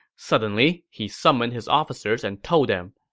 suddenly, he summoned his officers and told them,